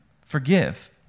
Forgive